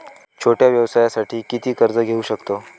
छोट्या व्यवसायासाठी किती कर्ज घेऊ शकतव?